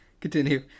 Continue